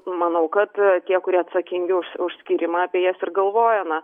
manau kad tie kurie atsakingi už skyrimą apie jas ir galvoja na